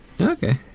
Okay